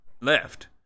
left